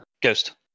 Ghost